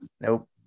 Nope